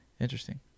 Interesting